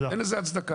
אין לזה הצדקה.